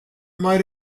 might